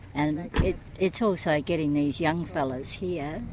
and it's also getting these young fellows here,